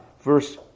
verse